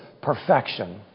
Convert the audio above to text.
perfection